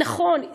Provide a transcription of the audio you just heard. נכון,